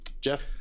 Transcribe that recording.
Jeff